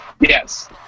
Yes